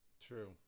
True